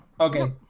Okay